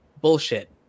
bullshit